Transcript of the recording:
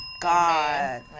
god